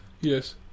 yes